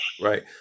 right